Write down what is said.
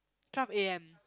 twelve a_m